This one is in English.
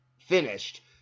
finished